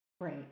Great